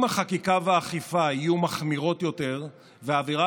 אם החקיקה והאכיפה יהיו מחמירות יותר והאווירה